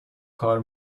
کار